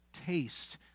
taste